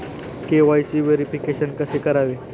KYC verification कसे करावे?